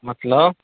मतलब